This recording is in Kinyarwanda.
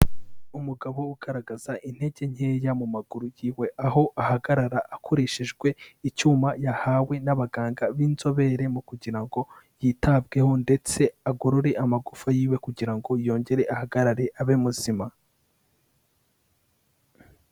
Umugabo ugaragaza intege nkeya mu maguru yiwe aho ahagarara akoreshejwe icyuma yahawe n'abaganga b'inzobere, mu kugira ngo yitabweho ndetse agorore amagufa yiwe kugira ngo yongere ahagarare abe muzima.